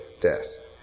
death